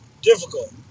difficult